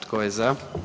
Tko je za?